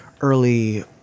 early